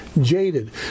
jaded